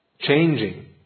changing